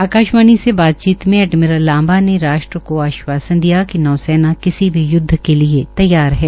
आकाशवाणी से बातचीत में एडमिरल लांबा ने राष्ट्र को आश्वासन दिया कि नौसो किसी भी युद्ध के लिए तैयार है